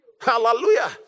Hallelujah